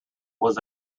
was